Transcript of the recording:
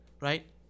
right